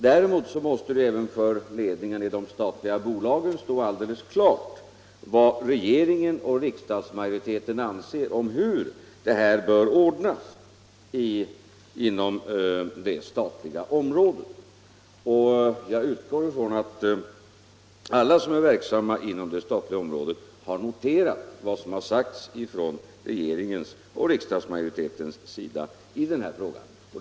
Däremot måste det även för ledningen i statliga bolag stå alldeles klart vad regeringen och riksdagsmajoriteten anser om hur detta bör ordnas inom det statliga området. Jag utgår från att alla som är verksamma inom det statliga området har noterat vad som sagts från regeringen och riksdagsmajoriteten på den här punkten.